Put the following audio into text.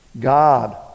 God